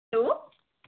hello